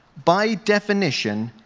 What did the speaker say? by definition,